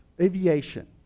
Aviation